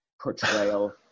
portrayal